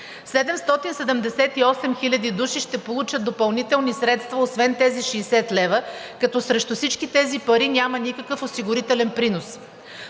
778 хиляди души ще получат допълнителни средства освен тези 60 лв., като срещу всички тези пари няма никакъв осигурителен принос.